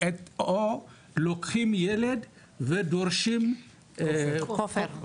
או לוקחים ילד ודורשים כופר,